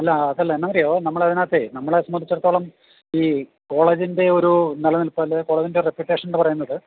അല്ല അതല്ല എന്നാന്ന് അറിയാവോ നമ്മൾ അതിനകത്ത് നമ്മളെ സംബന്ധിച്ചിടത്തോളം ഈ കോളേജിൻ്റെ ഒരു നിലനിൽപ്പ് അല്ലെ കോളേജിൻ്റെ റെപ്യൂട്ടേഷൻന്ന് പറയുന്നത്